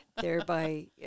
thereby